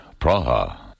Praha